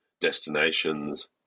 destinations